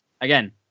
again